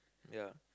ya